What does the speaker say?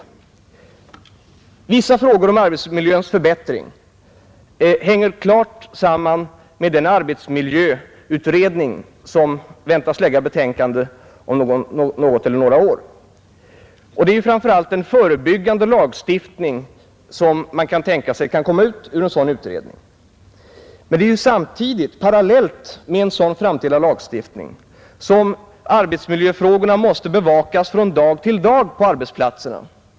Vissa frågor om arbetsmiljöförbättringar hänger klart samman med den arbetsmiljöutredning som väntas lägga betänkande om något eller några år. Det är framför allt en förebyggande lagstiftning som man kan tänka sig kan komma ut ur en sådan utredning. Men parallellt med en sådan framtida lagstiftning måste arbetsmiljöfrågorna bevakas från dag till dag på arbetsplatserna.